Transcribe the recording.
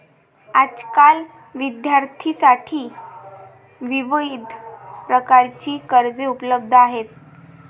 आजकाल विद्यार्थ्यांसाठी विविध प्रकारची कर्जे उपलब्ध आहेत